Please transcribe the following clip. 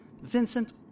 Vincent